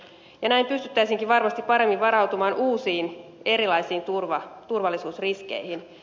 näin pystyttäisiinkin varmasti paremmin varautumaan uusiin erilaisiin turvallisuusriskeihin